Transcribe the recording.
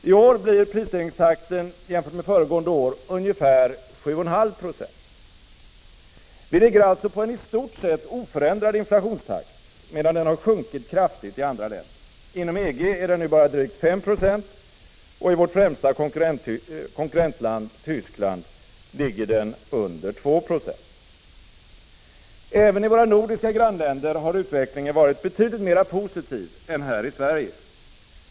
I år blir prisstegringstakten jämfört med föregående år ungefär 7,5 96. Vi ligger alltså på en i stort sett oförändrad inflationstakt, medan den har sjunkit kraftigt i andra länder. Inom EG är den nu bara drygt 5 26, och i vårt främsta konkurrentland Tyskland ligger den under 2 Ze. Även i våra nordiska grannländer har utvecklingen varit betydligt mera positiv än här i Sverige.